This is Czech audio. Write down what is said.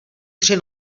tři